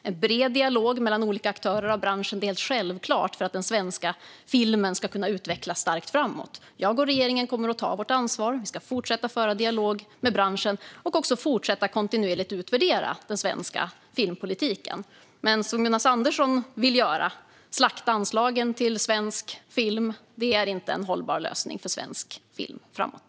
En bred dialog mellan olika aktörer i branschen är självklar för att den svenska filmen ska kunna utvecklas starkt framåt. Jag och regeringen kommer att ta vårt ansvar. Vi ska fortsätta föra dialog med branschen och fortsätta att kontinuerligt utvärdera den svenska filmpolitiken. Men att, som Jonas Andersson vill, slakta anslagen till svensk film, är inte en hållbar lösning framåt.